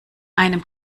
einem